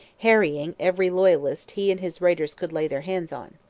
harrying every loyalist he and his raiders could lay their hands on.